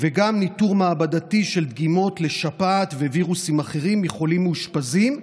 גם ניטור מעבדתי של דגימות לשפעת ולווירוסים אחרים מחולים מאושפזים,